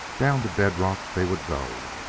down to bed-rock they would go,